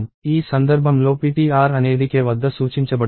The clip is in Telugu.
ఈ సందర్భంలో ptr అనేది k వద్ద సూచించబడుతుంది